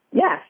Yes